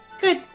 Good